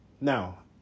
now